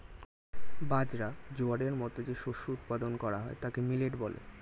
বাজরা, জোয়ারের মতো যে শস্য উৎপাদন করা হয় তাকে মিলেট বলে